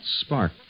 spark